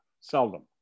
Seldom